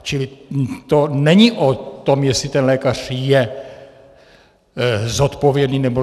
Čili to není o tom, jestli ten lékař je zodpovědný, nebo ne.